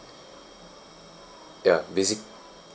ya basic~